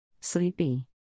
Sleepy